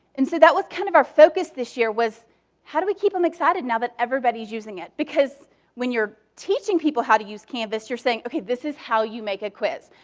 and so that was kind of our focus this year was how do we keep them excited now that everybody is using it? because when you're teaching people how to use canvas, you're saying okay, this is how you make a quiz.